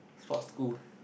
Sports school